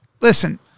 Listen